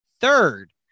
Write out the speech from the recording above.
third